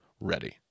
ready